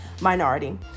minority